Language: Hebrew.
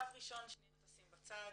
קו ראשון שנייה תשים בצד,